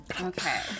Okay